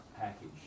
package